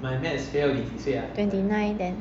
twenty nine then